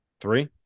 three